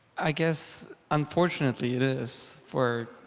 i guess unfortunately it is for